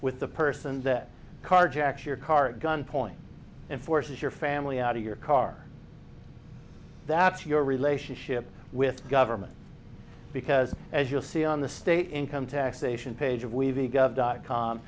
with the person that carjacked your car gunpoint and forces your family out of your car that's your relationship with government because as you'll see on the state income taxation page